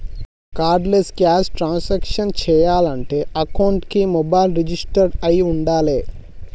cardless cash transactions చెయ్యాలంటే అకౌంట్కి mobile register అయ్యి వుండాలే